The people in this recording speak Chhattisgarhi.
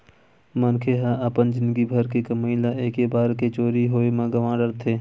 मनखे ह अपन जिनगी भर के कमई ल एके बार के चोरी होए म गवा डारथे